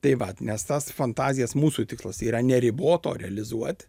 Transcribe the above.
tai vat nes tas fantazijas mūsų tikslas yra neribot o realizuot